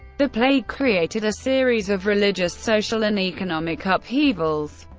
the plague created a series of religious, social, and economic upheavals,